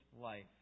life